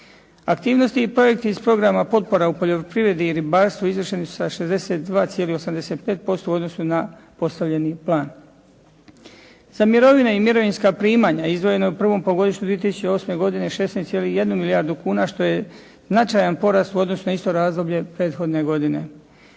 Aktivnosti i projekti iz programa potpora u poljoprivredi i ribarstvu izvršeni su sa 62,85% u odnosu na postavljeni plan. Za mirovine i mirovinska primanja izdvojeno u prvom polugodištu 2008. godine 16,1 milijardu kuna što je značajan porast u odnosu na isto razdoblje prethodne godine.